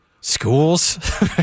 Schools